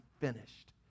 finished